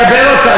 אתה מקבל אותה.